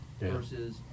versus